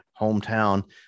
hometown